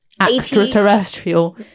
extraterrestrial